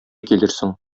килерсең